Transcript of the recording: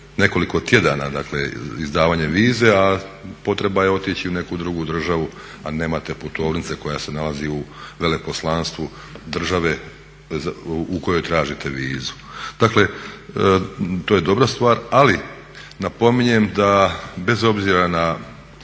nekoliko tjedana, dakle izdavanje vize a potreba je otići u neku drugu državu, a nemate putovnice koja se nalazi u veleposlanstvu države u kojoj tražite vizu. Dakle, to je dobra stvar. Ali napominjem da bez obzira na